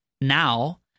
Now